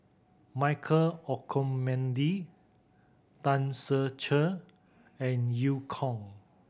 Michael Olcomendy Tan Ser Cher and Eu Kong